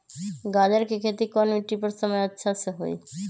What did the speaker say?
गाजर के खेती कौन मिट्टी पर समय अच्छा से होई?